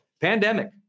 pandemic